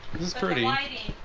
this is pretty